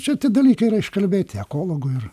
čia tie dalykai yra iškalbėti ekologų ir